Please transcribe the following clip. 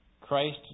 Christ